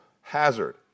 hazard